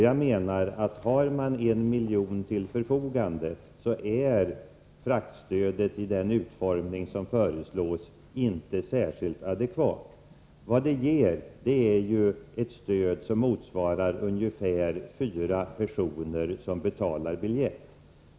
Jag menar att om man har 1 miljon till förfogande är fraktstödet i den utformning som föreslås inte särskilt adekvat. Vad det ger är ett stöd som motsvarar ungefär fyra personer som betalar biljett.